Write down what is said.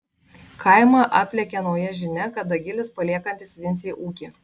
kaimą aplėkė nauja žinia kad dagilis paliekantis vincei ūkį